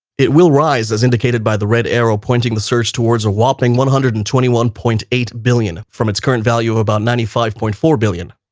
it will rise, as indicated by the red arrow, pointing the surge towards a whopping one hundred and twenty one point eight billion from its current value about ninety five point four billion.